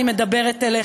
אני מדברת אליך.